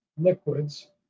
liquids